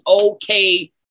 okay